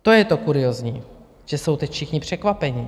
To je to kuriózní, že jsou teď všichni překvapeni.